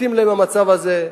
מתאים להם המצב הזה,